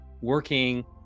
working